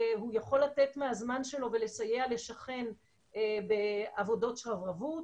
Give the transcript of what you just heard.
הוא יכול לתת מהזמן שלו ולסייע לשכן בעבודות שרברבות,